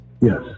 Yes